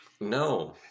No